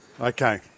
Okay